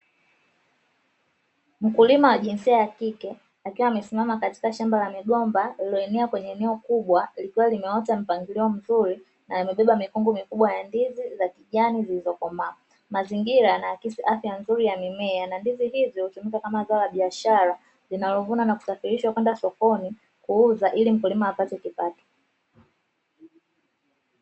Mkulima wa jinsia ya kike akiwa amesimama katika shamba la migomba lililoenea kwenye eneo kubwa lilikuwa limeota mpangilio mzuri na yamebeba mikungu mikubwa ya ndizi za kijani zilizokomaa, mazingira yana akisi afya nzuri ya mimea na ndizi hivyo hutumika kama zao la biashara linalovuna na kusafirishwa kwenda sokoni kuuza ili mkulima apate kipato.